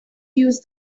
use